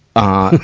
ah,